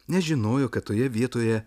nes žinojo kad toje vietoje